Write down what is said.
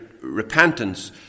repentance